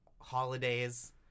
holidays